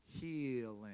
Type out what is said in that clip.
healing